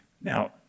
Now